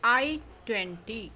I twenty